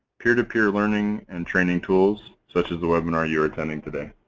peer-to-peer learning and training tools such as the webinar you are attending today.